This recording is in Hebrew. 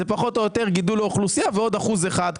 זה פחות או יותר גידול האוכלוסייה ועוד אחוז אחד.